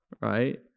right